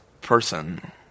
person